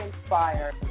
inspired